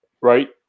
right